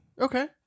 Okay